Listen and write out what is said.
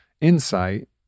insight